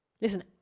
Listen